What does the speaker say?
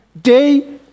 day